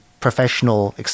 Professional